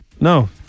No